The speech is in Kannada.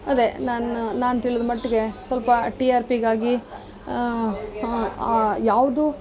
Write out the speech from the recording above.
ಅದೆ ನಾನು ನಾನು ತಿಳಿದ ಮಟ್ಟಿಗೆ ಸ್ವಲ್ಪ ಟಿ ಆರ್ ಪಿಗಾಗಿ ಯಾವುದು